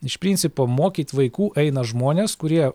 iš principo mokyt vaikų eina žmonės kurie